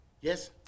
yes